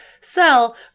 sell